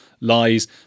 lies